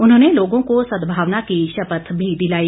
उन्होंने लोगों को सद्भावना की शपथ भी दिलाई